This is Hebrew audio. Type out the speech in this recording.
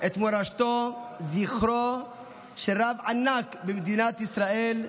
את מורשתו וזכרו של רב ענק במדינת ישראל,